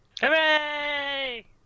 Hooray